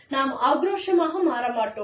நாம் ஆக்ரோஷமாக மாற மாட்டோம்